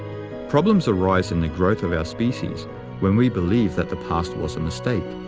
problems arise in the growth of our species when we believe that the past was a mistake.